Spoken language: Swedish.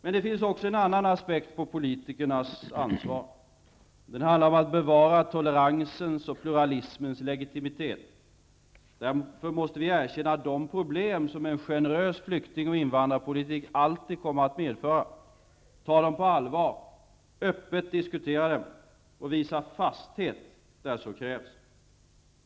Men det finns också en annan aspekt på politikernas ansvar, och den handlar om att bevara toleransens och pluralismens legitimitet. Därför måste vi erkänna de problem som en generös flykting och invandringspolitik alltid kommer att medföra, ta dem på allvar, öppet diskutera dem och visa fasthet där så krävs.